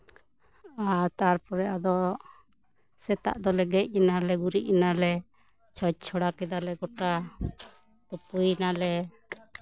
ᱟᱨ ᱛᱟᱨᱯᱚᱨᱮ ᱟᱫᱚ ᱥᱮᱛᱟᱜ ᱫᱚᱞᱮ ᱜᱮᱡ ᱮᱱᱟᱞᱮ ᱜᱩᱨᱤᱡ ᱮᱱᱟᱞᱮ ᱪᱷᱚᱸᱪ ᱪᱷᱚᱲᱟ ᱠᱮᱫᱟᱞᱮ ᱜᱳᱴᱟ ᱛᱩᱯᱩᱭ ᱱᱟᱞᱮ